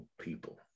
people